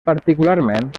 particularment